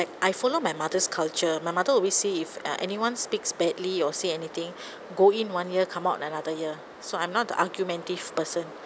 like I follow my mother's culture my mother always say if uh anyone speaks badly or say anything go in one ear come out another ear so I'm not the argumentative person